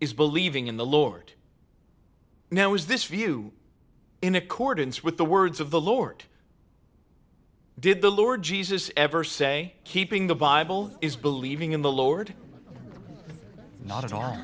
is believing in the lord now is this view in accordance with the words of the lord did the lord jesus ever say keeping the bible is believing in the lord not at all